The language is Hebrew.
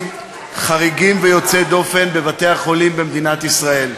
חריגים ויוצאי דופן בבתי-החולים במדינת ישראל.